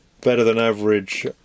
better-than-average